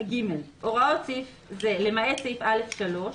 "(ג)הוראות סעיף זה, למעט סעיף (א)(3)"